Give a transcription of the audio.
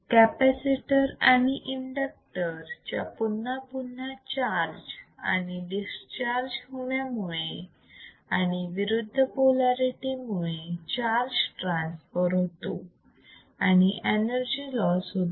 capacitor आणि inductor च्या पुन्हा पुन्हा चार्ज आणि डिस्चार्ज होण्यामुळे आणि विरुद्ध पोलारिटी मुळे चार्ज ट्रान्सफर होतो आणि एनर्जी लॉस होते